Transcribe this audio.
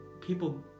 people